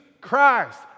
Christ